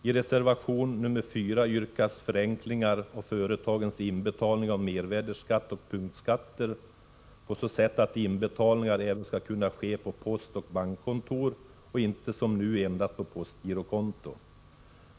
I reservation nr 4 yrkas förenklingar av företagens inbetalning av mervärdeskatt och punktskatter på så sätt att inbetalningar även skall kunna ske på postoch bankkontor och inte som nu endast på postgirokonto.